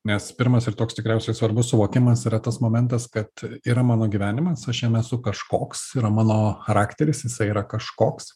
nes pirmas ir toks tikriausiai svarbus suvokimas yra tas momentas kad yra mano gyvenimas aš jame esu kažkoks yra mano charakteris jisai yra kažkoks